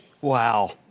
Wow